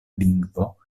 lingvo